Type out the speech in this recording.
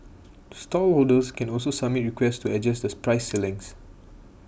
stallholders can also submit requests to adjust the price ceilings